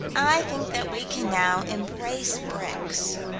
i think that we can now embrace bricks.